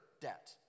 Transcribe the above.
debt